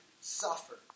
suffer